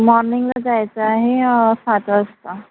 मॉर्निंगला जायचं आहे सात वाजता